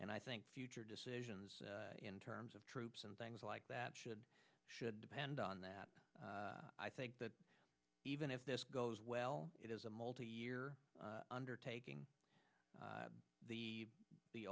and i think future decisions in terms of troops and things like that should should depend on that i think that even if this goes well it is a multi year undertaking the the